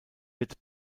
wird